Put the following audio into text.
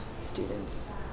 students